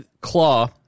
claw